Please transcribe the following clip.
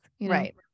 Right